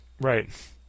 right